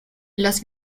los